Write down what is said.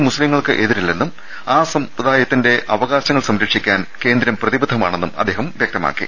മുസ്ലിംങ്ങൾക്ക് എതിരല്ലെന്നും ആ സമുദാ യത്തിന്റെ അവകാശങ്ങൾ സംരക്ഷിക്കാൻ കേന്ദ്രം പ്രതിബദ്ധമാണെന്നും അദ്ദേഹം വൃക്തമാക്കി